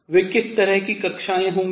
अब वे किस तरह की कक्षाएँ होंगी